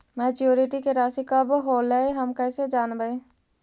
Maturity के रासि कब होलै हम कैसे जानबै?